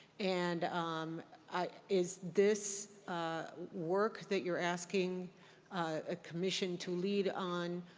and um is this work that you're asking a commission to lead on